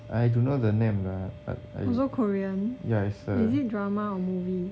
I don't know the name ah but I yeah it's a